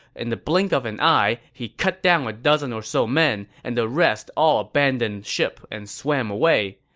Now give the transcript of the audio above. in the blink of an eye, he cut down a dozen or so men, and the rest all abandoned ship and swam away.